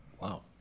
Wow